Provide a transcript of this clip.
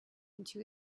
into